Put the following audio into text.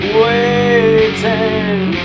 waiting